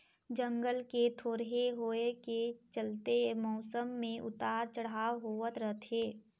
जंगल के थोरहें होए के चलते मउसम मे उतर चढ़ाव होवत रथे